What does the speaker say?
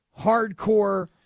hardcore